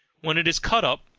when it is cut up,